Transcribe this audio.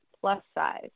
plus-size